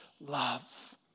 love